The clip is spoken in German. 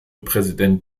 präsident